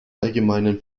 allgemeinen